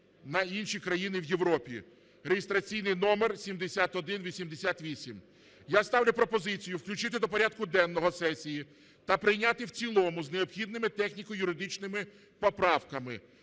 на інші країни Європи (реєстраційний № 7188). Я ставлю пропозицію: включити до порядку денного сесії та прийняти в цілому з необхідними техніко-юридичними поправками